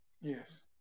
Yes